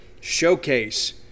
showcase